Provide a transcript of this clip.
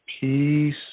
peace